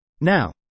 Now